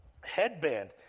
headband